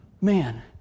Man